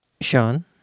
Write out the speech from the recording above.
Sean